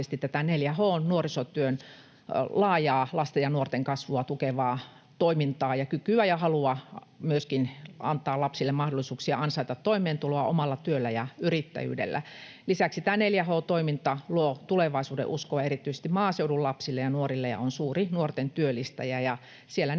4H:n nuorisotyön laajaa lasten ja nuorten kasvua tukevaa toimintaa ja myöskin kykyä ja halua antaa lapsille mahdollisuuksia ansaita toimeentuloa omalla työllä ja yrittäjyydellä. Lisäksi tämä 4H-toiminta luo tulevaisuudenuskoa erityisesti maaseudun lapsille ja nuorille ja on suuri nuorten työllistäjä.